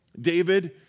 David